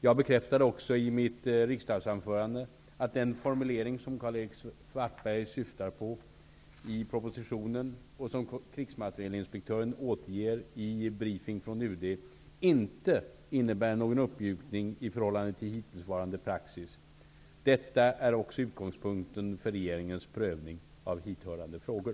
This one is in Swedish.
Jag bekräftade också i mitt riksdagsanförande att den formulering som Karl-Erik Svartberg åsyftar i propositionen, och som krigsmaterielinspektören återger i ''Briefing från UD'', inte innebär någon uppmjukning i förhållande till hittillsvarande praxis. Detta är också utgångspunkten för regeringens prövning av hithörande frågor.